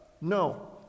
No